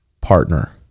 partner